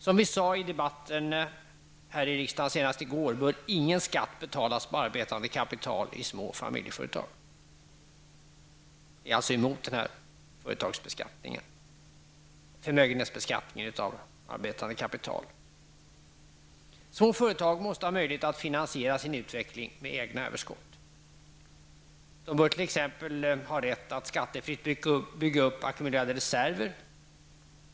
Som vi sade i debatten här i riksdagen senast i går bör ingen skatt betalas på arbetande kapital i små familjeföretag. Vi är alltså emot denna företagsbeskattning, förmögenhetsbeskattningen av arbetande kapital. Små företag måste ha möjlighet att finansiera sin utveckling med egna överskott. De bör t.ex. ha rätt att skattefritt bygga upp ackumulerade reserver.